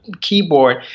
keyboard